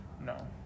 No